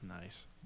Nice